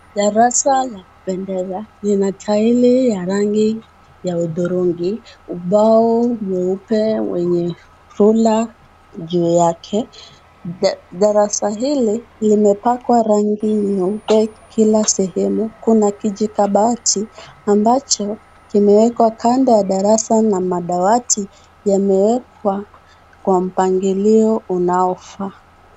Darasa lakupendeza lina taili ya rangi ya hudhurungi, ubao mweupe wenye ruler juu yake. Darasa hili limepakwa rangi nyeupe kila sehemu. Kuna kijikabati ambacho kimewekwa kando ya darasa na madawati yamewekwa kwa mpangilio unaofaa.